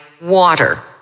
water